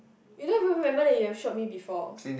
you don't even remember that you have showed me before